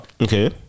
Okay